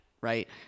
right